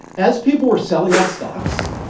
as people were selling off stocks,